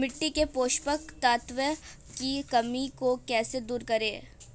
मिट्टी के पोषक तत्वों की कमी को कैसे दूर करें?